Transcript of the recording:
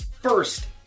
First